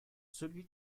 celui